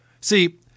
See